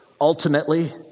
Ultimately